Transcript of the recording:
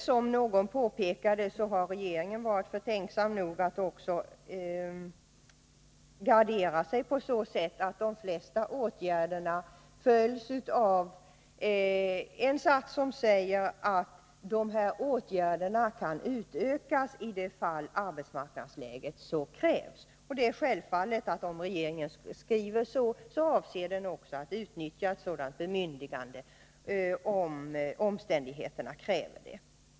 Som någon påpekade har regeringen varit omtänksam nog att också gardera sig på så sätt att man i fråga om de flesta åtgärderna har en sats som säger att dessa åtgärder kan utökas ifall arbetsmarknadsläget så kräver. Det är självklart att om regeringen skriver detta avser den att utnyttja ett sådant bemyndigande ifall omständigheterna kräver det.